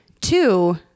Two